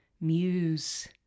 muse